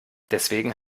deswegen